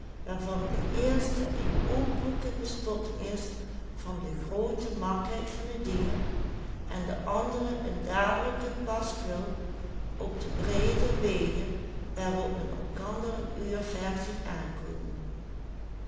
de groote makheid van het dier en de andere een dadelijk paskwil op de breede wegen waarop men elkander een uur ver ziet aankomen